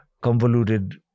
convoluted